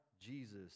Jesus